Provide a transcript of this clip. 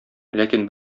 ләкин